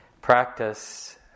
practice